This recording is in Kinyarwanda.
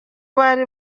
bari